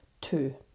Two